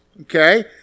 okay